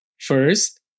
First